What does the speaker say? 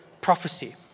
prophecy